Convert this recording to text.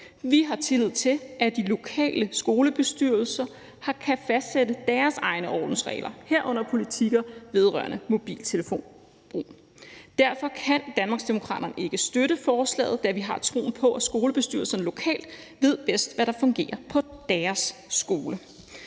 Vi har tillid til, at de lokale skolebestyrelser kan fastsætte deres egne ordensregler, herunder politikker vedrørende mobiltelefonbrug. Derfor kan Danmarksdemokraterne ikke støtte forslaget, da vi har troen på, at skolebestyrelserne lokalt ved bedst, hvad der fungerer på deres skole.